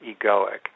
egoic